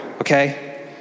okay